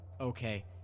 Okay